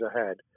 ahead